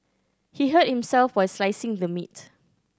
he hurt himself while slicing the meat